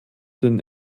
den